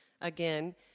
again